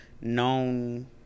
known